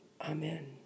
Amen